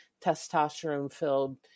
testosterone-filled